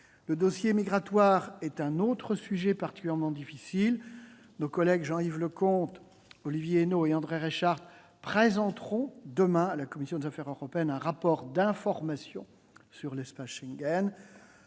Le dossier migratoire est un autre sujet particulièrement difficile. Nos collègues Jean-Yves Leconte, Olivier Henno et André Reichardt présenteront demain à la commission des affaires européennes un rapport d'information sur l'espace Schengen.